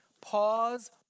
pause